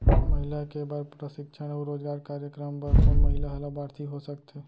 महिला के बर प्रशिक्षण अऊ रोजगार कार्यक्रम बर कोन महिला ह लाभार्थी हो सकथे?